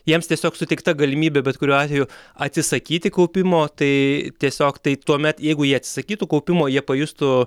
jiems tiesiog suteikta galimybė bet kuriuo atveju atsisakyti kaupimo tai tiesiog tai tuomet jeigu jie atsisakytų kaupimo jie pajustų